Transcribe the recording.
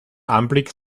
anblick